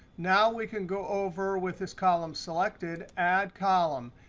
now we can go over with this column selected, add column.